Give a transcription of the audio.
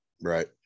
Right